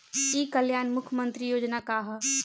ई कल्याण मुख्य्मंत्री योजना का है?